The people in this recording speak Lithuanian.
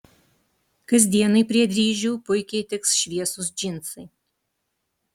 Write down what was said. kasdienai prie dryžių puikiai tiks šviesūs džinsai